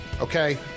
Okay